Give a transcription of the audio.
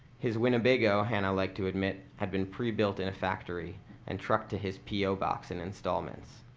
his winnebago, hannah liked to admit, had been pre-built in a factory and trucked to his po box in installments.